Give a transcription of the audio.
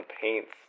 paints